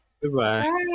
Goodbye